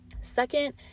Second